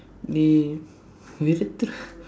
நீ நிறுத்து:nii niruththu